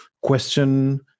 question